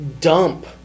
dump